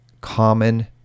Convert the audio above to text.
common